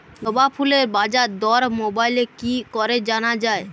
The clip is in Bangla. জবা ফুলের বাজার দর মোবাইলে কি করে জানা যায়?